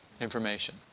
information